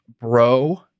bro